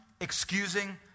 excusing